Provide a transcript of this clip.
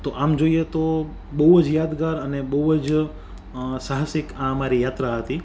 તો આમ જોઈએ તો બુઉઅજ યાદગાર અને બઉઅજ સાહસિક આ અમારી યાત્રા હતી